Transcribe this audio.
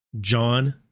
John